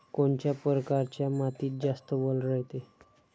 कोनच्या परकारच्या मातीत जास्त वल रायते?